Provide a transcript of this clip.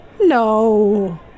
No